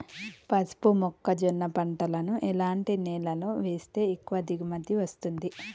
పసుపు మొక్క జొన్న పంటలను ఎలాంటి నేలలో వేస్తే ఎక్కువ దిగుమతి వస్తుంది?